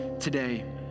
today